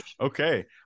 Okay